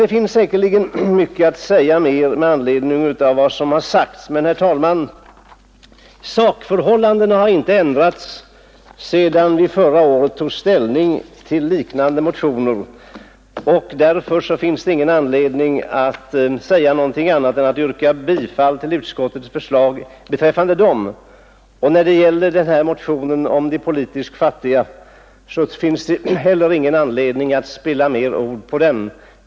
Det finns säkerligen mycket mer att säga med anledning av vad som anförts, men sakförhållandena har inte ändrats sedan vi förra året tog ställning till liknande motioner. Därför finns ingen anledning att göra annat än yrka bifall till utskottets hemställan beträffande de motionerna nu. När det gäller motionen om de ”politiskt fattiga” finns heller ingen anledning att spilla fler ord.